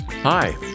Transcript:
Hi